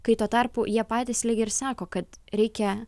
kai tuo tarpu jie patys lyg ir sako kad reikia